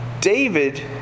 David